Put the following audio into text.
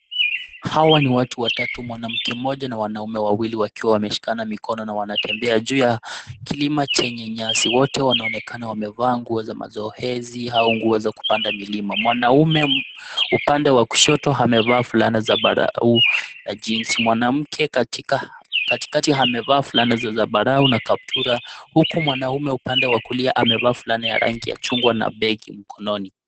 Hawa ni watu watatu mwanamke mmoja na wanaume wawili wakiwa wameshikana mikono na wanatembea juu ya kilima chenye nyasi. Wote wanaonekana wamevaa nguo za mazoezi au nguo za kupanda milima. Mwanaume upande wa kushoto amevaa fulana za zambarau na jeans , mwanamke katikati amevaa fulana za zambarau na kaptura huku mwanaume upande wa kulia amevaa fulana ya rangi ya chungwa na begi mkononi.